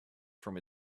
from